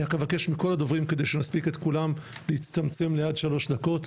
אני מבקש מכל הדוברים כדי שנספיק את כולם להצטמצם לעד שלוש דקות.